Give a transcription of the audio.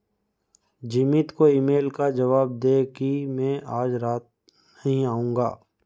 जिमित को email का जवाब दें कि मैं आज रात नहीं आऊँगा